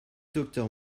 docteur